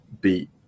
beat